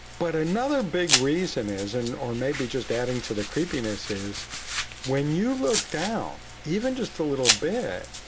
but another big reason is and or maybe just adding to the creepiness is when you look down even just a little bit,